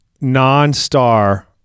non-star